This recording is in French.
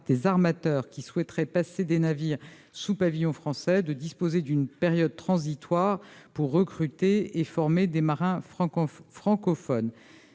les armateurs qui souhaiteraient placer des navires sous pavillon français doivent pouvoir disposer d'une période transitoire pour recruter et former des marins francophones.